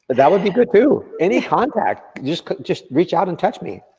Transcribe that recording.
but that would be good too, any contact. just just reach out and touch me.